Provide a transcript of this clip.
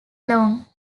along